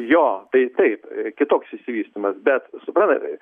jo tai taip kitoks išsivystymas bet suprantat